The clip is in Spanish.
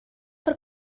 por